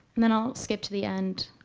and then i'll skip to the end.